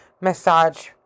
massage